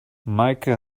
meike